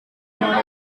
murid